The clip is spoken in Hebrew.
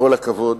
בכל הכבוד,